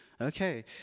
Okay